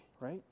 right